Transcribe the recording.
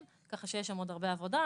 ככה שיש שם עוד הרבה עבודה.